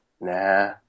nah